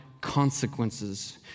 consequences